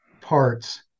parts